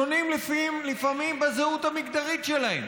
שונים לפעמים בזהות המגדרית שלהם.